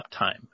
uptime